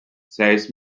says